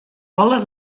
alle